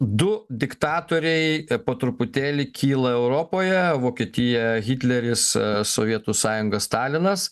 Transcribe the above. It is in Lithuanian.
du diktatoriai po truputėlį kyla europoje vokietija hitleris sovietų sąjunga stalinas